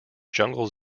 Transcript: jungle